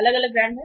अलग अलग ब्रांड